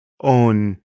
own